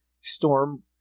storm